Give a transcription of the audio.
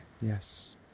Yes